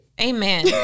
amen